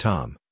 Tom